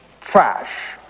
trash